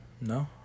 No